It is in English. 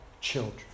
children